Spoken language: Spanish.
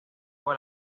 cayó